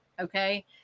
okay